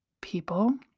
people